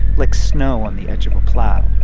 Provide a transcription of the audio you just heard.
like snow on the edge of a plow.